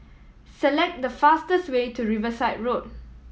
select the fastest way to Riverside Road